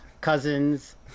cousins